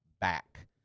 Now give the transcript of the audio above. back